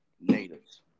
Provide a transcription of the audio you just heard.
natives